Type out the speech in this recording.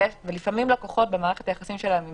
ולפעמים לקוחות במערכת היחסים שלהם עם